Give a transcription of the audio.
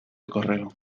correo